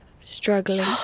Struggling